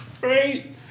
Right